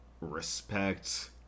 respect